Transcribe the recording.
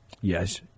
Yes